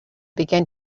began